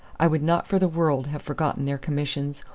i would not for the world have forgotten their commissions,